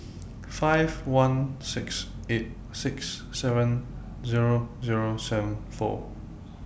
five one six eight six seven Zero Zero seven four